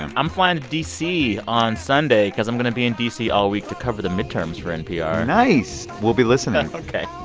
i'm flying to d c. on sunday because i'm going to be in d c. all week to cover the midterms for npr nice. we'll be listening ok.